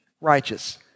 Righteous